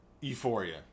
Euphoria